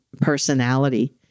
personality